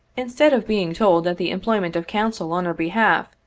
instead of being told that the em ployment of counsel on our behalf,